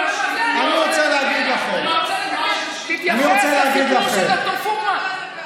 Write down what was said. תתייחס לסיפור של ד"ר פרומן.